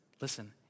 Listen